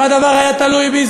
אם הדבר היה תלוי בי,